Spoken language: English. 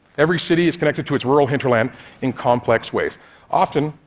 every city is connected to its rural hinterland in complex ways often,